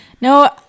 No